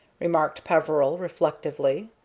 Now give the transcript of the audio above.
remarked peveril, reflectively.